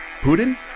Putin